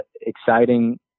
exciting